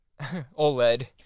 OLED